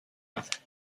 with